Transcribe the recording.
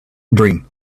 dream